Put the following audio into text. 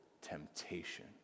temptation